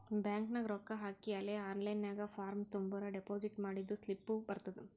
bank ನಾಗ್ ರೊಕ್ಕಾ ಹಾಕಿ ಅಲೇ ಆನ್ಲೈನ್ ನಾಗ್ ಫಾರ್ಮ್ ತುಂಬುರ್ ಡೆಪೋಸಿಟ್ ಮಾಡಿದ್ದು ಸ್ಲಿಪ್ನೂ ಬರ್ತುದ್